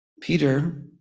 Peter